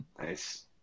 Nice